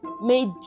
made